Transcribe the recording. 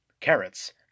carrots